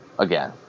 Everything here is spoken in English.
Again